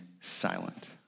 silent